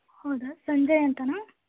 ಹೌದಾ ಸಂಜಯ್ ಅಂತಾನ